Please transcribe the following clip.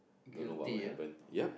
don't know what will happen yep